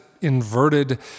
inverted